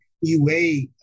UA